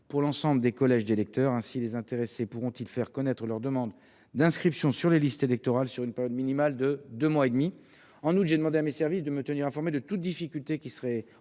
pour l’ensemble des collèges d’électeurs. Ainsi les intéressés pourront ils faire connaître leur demande d’inscription sur les listes électorales durant une période minimale de deux mois et demi.